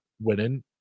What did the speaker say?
winning